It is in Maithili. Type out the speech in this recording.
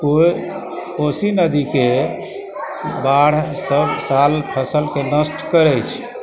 ओइ कोशी नदीके बाढ़ि सब साल फसलके नष्ट करै छै